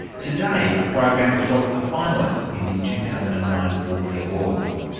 today, a program which was a finalist in the two thousand and nine walkley awards.